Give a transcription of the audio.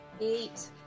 Eight